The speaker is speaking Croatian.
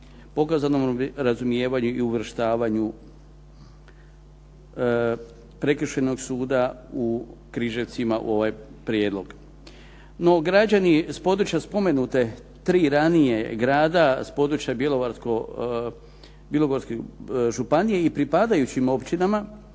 pokazanom razumijevanju i uvrštavanju Prekršajnog suda u Križevcima u ovaj prijedlog. No, građani s područja spomenute tri ranije grada s područja Bjelovarsko-bilogorske županije i pripadajućim općinama